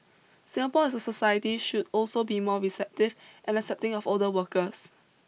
Singapore as a society should also be more receptive and accepting of older workers